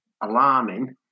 alarming